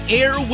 air